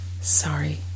sorry